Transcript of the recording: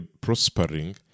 prospering